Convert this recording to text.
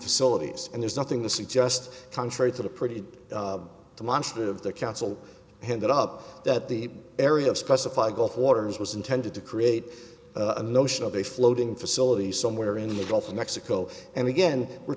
facilities and there's nothing to suggest contrary to the pretty demonstrative the council handed up that the area of specified gulf waters was intended to create a notion of a floating facility somewhere in the gulf of mexico and again we're